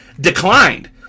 declined